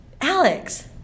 Alex